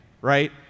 right